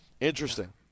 Interesting